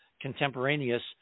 contemporaneous